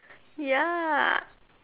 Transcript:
ya